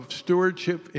stewardship